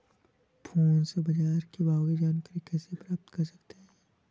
Phone से बाजार के भाव की जानकारी कैसे प्राप्त कर सकते हैं?